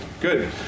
Good